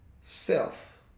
self